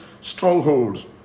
strongholds